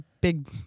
big